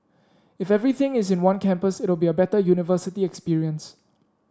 if everything is in one campus it'll be a better university experience